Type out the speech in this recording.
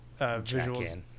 visuals